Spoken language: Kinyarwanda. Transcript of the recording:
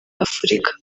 afurika